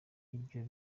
ibyo